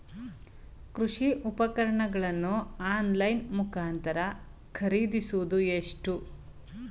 ಕೃಷಿ ಉಪಕರಣಗಳನ್ನು ಆನ್ಲೈನ್ ಮುಖಾಂತರ ಖರೀದಿಸುವುದು ಎಷ್ಟು ಸೂಕ್ತ?